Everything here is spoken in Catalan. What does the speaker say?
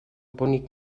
bonic